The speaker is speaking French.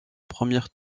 première